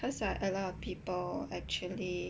cause like a lot of people actually